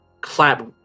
clap